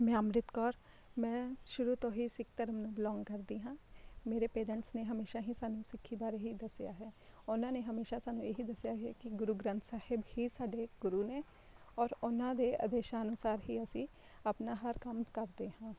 ਮੈਂ ਅੰਮ੍ਰਿਤ ਕੌਰ ਮੈਂ ਸ਼ੁਰੂ ਤੋਂ ਹੀ ਸਿੱਖ ਧਰਮ ਨੂੰ ਬਿਲੋਂਗ ਕਰਦੀ ਹਾਂ ਮੇਰੇ ਪੇਰੈਂਟਸ ਨੇ ਹਮੇਸ਼ਾਂ ਹੀ ਸਾਨੂੰ ਸਿੱਖੀ ਬਾਰੇ ਹੀ ਦੱਸਿਆ ਹੈ ਉਹਨਾਂ ਨੇ ਹਮੇਸ਼ਾਂ ਸਾਨੂੰ ਇਹੀ ਦੱਸਿਆ ਹੈ ਕਿ ਗੁਰੂ ਗ੍ਰੰਥ ਸਾਹਿਬ ਹੀ ਸਾਡੇ ਗੁਰੂ ਨੇ ਔਰ ਉਹਨਾਂ ਦੇ ਆਦੇਸ਼ਾਂ ਅਨੁਸਾਰ ਹੀ ਅਸੀਂ ਆਪਣਾ ਹਰ ਕੰਮ ਕਰਦੇ ਹਾਂ